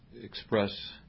express